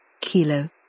Kilo